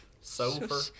Sofa